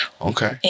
Okay